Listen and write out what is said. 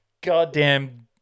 goddamn